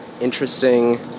interesting